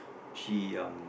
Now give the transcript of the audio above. she um